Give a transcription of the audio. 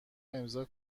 امضا